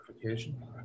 clarification